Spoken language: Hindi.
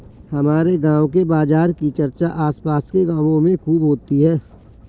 हमारे गांव के बाजार की चर्चा आस पास के गावों में खूब होती हैं